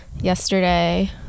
yesterday